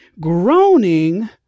Groaning